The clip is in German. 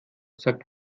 sagt